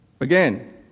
Again